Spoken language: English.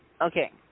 Okay